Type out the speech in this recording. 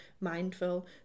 mindful